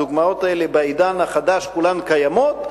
הדוגמאות האלה, בעידן החדש, כולן קיימות.